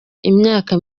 imyaka